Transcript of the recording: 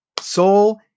soul